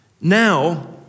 now